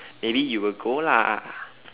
maybe you will go lah